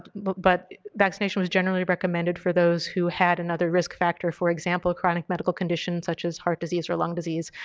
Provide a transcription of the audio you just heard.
but but vaccination was generally recommended for those who had another risk factor, for example, chronic medical conditions such as heart disease or lung disease,